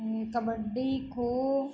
यह कबड्डी खो